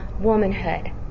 womanhood